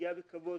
פגיעה בכבוד,